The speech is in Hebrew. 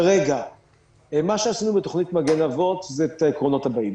כרגע מה שעשינו בתוכנית "מגן אבות" זה את העקרונות הבאים.